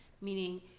Meaning